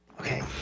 Okay